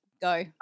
go